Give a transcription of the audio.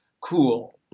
cool